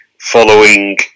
following